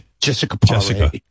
Jessica